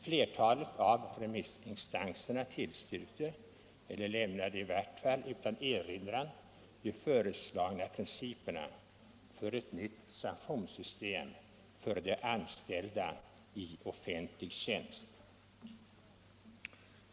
Flertalet av remissinstanserna tillstyrkte eller lämnade i varje fall utan erinran de föreslagna principerna för ett nytt sanktionssystem för de anställda i offentlig tjänst.